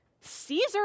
Caesar